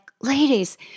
ladies